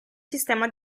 sistema